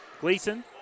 Gleason